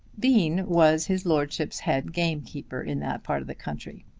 bean was his lordship's head gamekeeper in that part of the country.